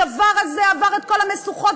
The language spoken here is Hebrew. הדבר הזה עבר את כל המשוכות,